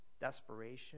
desperation